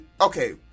okay